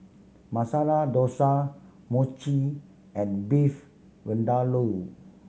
Masala Dosa Mochi and Beef Vindaloo